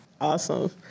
Awesome